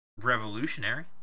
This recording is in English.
revolutionary